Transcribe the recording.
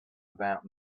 about